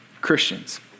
Christians